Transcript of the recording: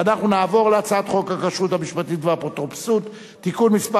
ואנחנו נעבור להצעת חוק הכשרות המשפטית והאפוטרופסות (תיקון מס'